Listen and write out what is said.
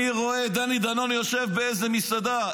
אני רואה את דני דנון יושב באיזה מסעדה,